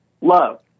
love